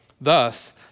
Thus